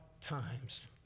times